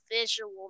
Visual